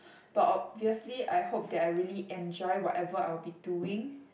but obviously I hope that I really enjoy whatever I will be doing